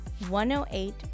108